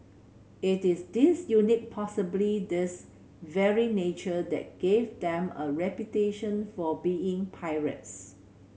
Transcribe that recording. it is this quite possibly this very nature that gave them a reputation for being pirates